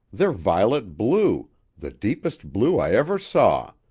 they're violet-blue, the deepest blue i ever saw!